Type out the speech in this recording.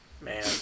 Man